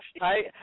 right